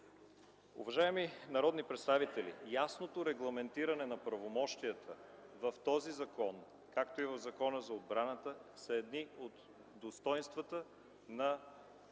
Уважаеми народни представители, ясното регламентиране на правомощията в този закон, както и в Закона за отбраната, са едни от достойнствата на това